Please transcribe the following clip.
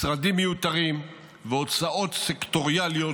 משרדים מיותרים והוצאות סקטוריאליות,